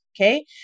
Okay